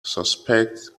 suspect